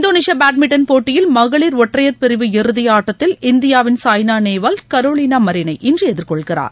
இந்தோனேஷிய badminton போட்டியில் மகளிர் ஒற்றையர் பிரிவு இறுதி ஆட்டத்தில் இந்தியாவின் சாய்னா நேவால் கரோலினா மரீனை இன்று எதிர் கொள்கிறார்